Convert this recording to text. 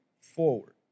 forward